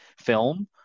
film